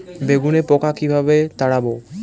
বেগুনের পোকা কিভাবে তাড়াব?